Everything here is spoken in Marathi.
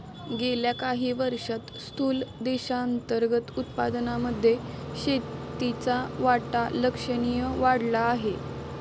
गेल्या काही वर्षांत स्थूल देशांतर्गत उत्पादनामध्ये शेतीचा वाटा लक्षणीय वाढला आहे